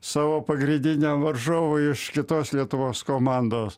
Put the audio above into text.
savo pagrindiniam varžovui iš kitos lietuvos komandos